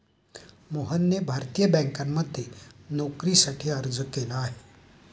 मोहनने भारतीय बँकांमध्ये नोकरीसाठी अर्ज केला आहे